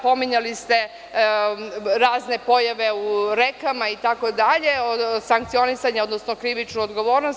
Pominjali ste razne pojave u rekama itd. sankcionisanje, odnosno krivičnu odgovornost.